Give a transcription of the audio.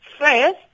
first